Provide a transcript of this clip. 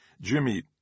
Jimmy